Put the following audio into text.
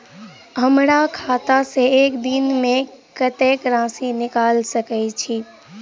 हमरा खाता सऽ एक दिन मे कतेक राशि निकाइल सकै छी